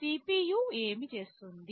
CPU ఏమి చేస్తుంది